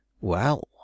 Well